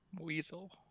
weasel